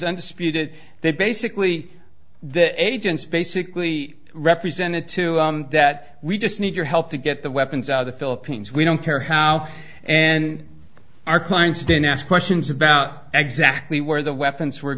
speeded that basically the agents basically represented too that we just need your help to get the weapons out of the philippines we don't care how and our clients didn't ask questions about exactly where the weapons were